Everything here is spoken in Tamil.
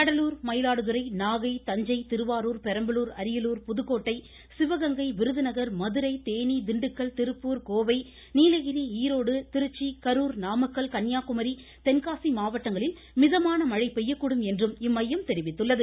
கடலூர் மயிலாடுதுறை நாகை தஞ்சை திருவாருர் பெரம்பலூர் அரியலூர் புதுக்கோட்டை சிவகங்கை விருதுநகர் மதுரை தேனி திண்டுக்கல் திருப்பூர் கோவை நீலகிரி ஈரோடு திருச்சிராப்பள்ளி கரூர் நாமக்கல் கன்னியாக்குமரி தென்காசி மாவட்டங்களில் மிதமான மழை பெய்யக்கூடும் என்றும் இம்மையம் தெரிவித்துள்ளது